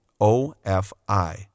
O-F-I